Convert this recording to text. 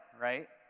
right?